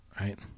right